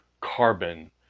carbon